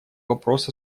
вопрос